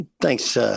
Thanks